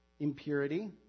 impurity